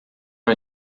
não